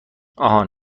آهان